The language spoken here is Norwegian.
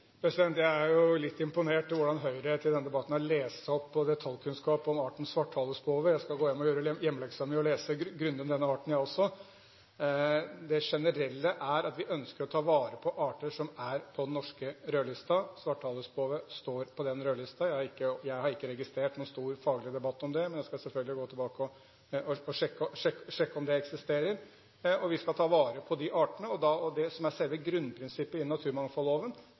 Jeg er jo litt imponert over hvordan Høyre til denne debatten har lest seg opp på detaljkunnskap om arten svarthalespove. Jeg skal gå hjem og gjøre hjemmeleksen min og lese grundig om denne arten, jeg også. Det generelle er at vi ønsker å ta vare på arter som er på den norske rødlisten. Svarthalespove står på den rødlisten. Jeg har ikke registrert noen stor faglig debatt om det, men jeg skal selvfølgelig gå tilbake og sjekke om det eksisterer. Vi skal ta vare på de artene. Det som er selve grunnprinsippet i naturmangfoldloven,